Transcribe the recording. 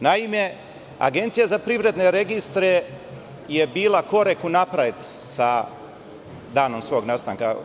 Naime, Agencija za privredne registre je bila korak napred sa danom svog nastanka.